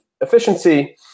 efficiency